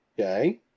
okay